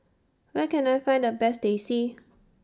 Where Can I Find The Best Teh C